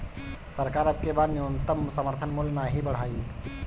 सरकार अबकी बार न्यूनतम समर्थन मूल्य नाही बढ़ाई